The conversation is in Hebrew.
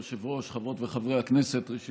חבר הכנסת קרעי.